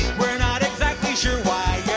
we're not exactly sure why